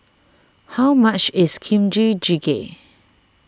how much is Kimchi Jjigae